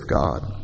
God